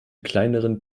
kleineren